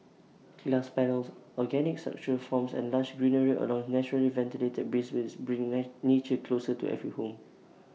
glass panels organic structural forms and lush greenery along naturally ventilated breezeways bring nature closer to every home